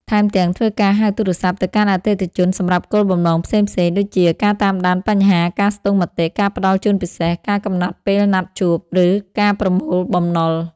ថែមទាំង ធ្វើការហៅទូរស័ព្ទទៅកាន់អតិថិជនសម្រាប់គោលបំណងផ្សេងៗ ដូចជាការតាមដានបញ្ហា ការស្ទង់មតិ ការផ្ដល់ជូនពិសេស ការកំណត់ពេលណាត់ជួប ឬការប្រមូលបំណុល។